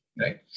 right